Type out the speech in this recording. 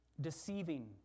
deceiving